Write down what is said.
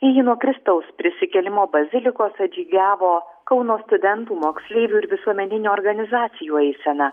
į jį nuo kristaus prisikėlimo bazilikos atžygiavo kauno studentų moksleivių ir visuomeninių organizacijų eisena